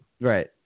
Right